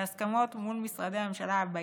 בהסכמות ומול משרדי הממשלה הבאים: